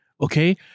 Okay